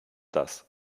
das